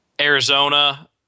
Arizona